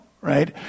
right